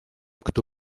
кто